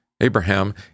Abraham